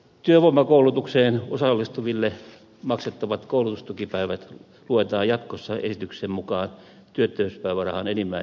työvoimakoulutukseen osallistuville maksettavat koulutustukipäivät luetaan jatkossa esityksen mukaan työttömyyspäivärahan enimmäiskestoon